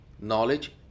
knowledge